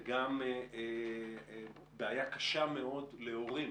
וגם בעיה קשה מאוד להורים